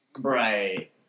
Right